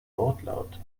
wortlaut